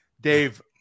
Dave